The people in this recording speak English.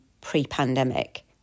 pre-pandemic